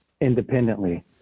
independently